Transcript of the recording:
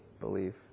believe